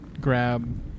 grab